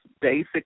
basic